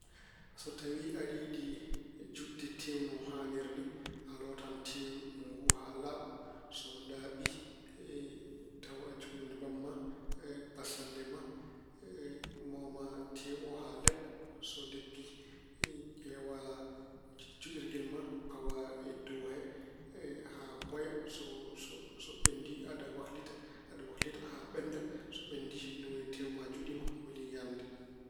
So tawi aɗa yiɗi juɗde tewu no haaniri ni, a lootan tewu ngu haa laaɓa. So laaɓi, tawa aɗa jogi nebam ma e bassalle ma. Mooma tewu o haa leppa. So leppi, yeewa juɗirgel ma, pawa e dow he haa boya. So- so ɓenndi, aɗa waklita, aɗa waklita haa ɓennda. So ɓenndi, ni woni tewu ma juɗiima, welii ñaamde.